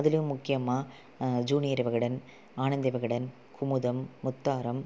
அத்லையும் முக்கியமாக ஜுனியர் விகடன் ஆனந்த விகடன் குமுதம் முத்தாரம்